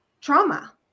trauma